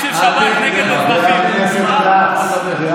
חברת הכנסת בן ארי, מספיק.